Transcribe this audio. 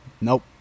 Nope